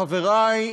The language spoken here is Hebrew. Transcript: חברי,